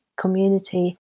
community